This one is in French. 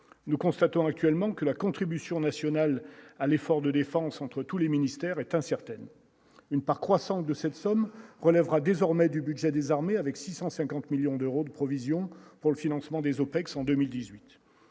nous constatons actuellement que la contribution nationale à l'effort de défense entre tous les ministères est incertaine, une part croissante de cette somme relèvera désormais du budget des armées avec 650 millions d'euros de provision pour le financement des OPEX en 2018,